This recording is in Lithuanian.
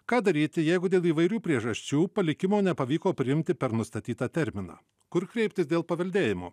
ką daryti jeigu dėl įvairių priežasčių palikimo nepavyko priimti per nustatytą terminą kur kreiptis dėl paveldėjimo